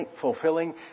fulfilling